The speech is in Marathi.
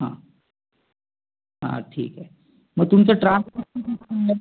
हां हां ठीक आहे मग तुमचं ट्रान्सपोर्ट